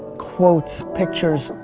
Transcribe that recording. quotes, pictures,